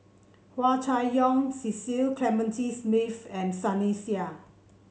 Hua Chai Yong Cecil Clementi Smith and Sunny Sia